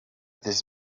this